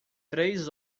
três